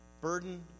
Burden